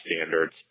standards